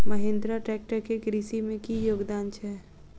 Mahindra tractor केँ कृषि मे की योगदान छै?